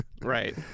Right